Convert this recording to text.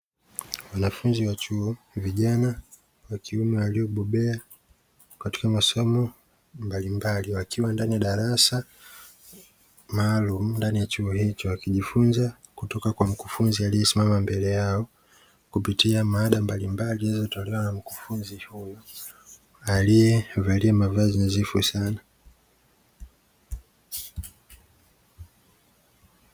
Wanafunzi wa chuo vijana wa kiume waliobobea katika masomo mbalimbali wakiwa ndani ya darasa maalum ndani ya chuo hicho wakijifunza kutoka kwa mkufunzi aliyesimama mbele yao, kupitia mada mbalimbali zinazotolewa na wanafunzi huyu aliyevalia mavazi nadhifu sana.